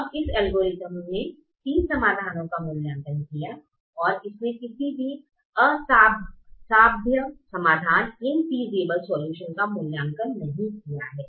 अब इस एल्गोरिथ्म ने तीन समाधानों का मूल्यांकन किया ओर इसने किसी भी असंभाव्य समाधान का मूल्यांकन नहीं किया है